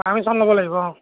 permission ল'ব লাগিব অঁ